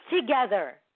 together